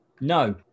No